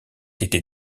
été